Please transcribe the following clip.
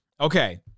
okay